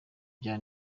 by’i